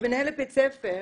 כמנהלת בית ספר,